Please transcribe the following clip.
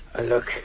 Look